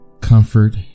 comfort